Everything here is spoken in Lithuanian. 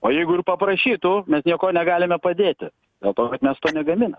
o jeigu ir paprašytų bet nieko negalime padėti dėl to kad mes negaminam